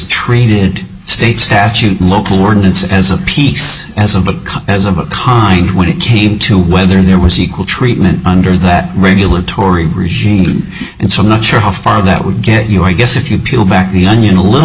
treated state statute local ordinance as a piece as a as of a kind when it came to whether there was equal treatment under that regulatory regime and so i'm not sure how far that would get you i guess if you peel back the onion a little